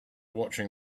watching